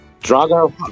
Drago